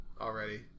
already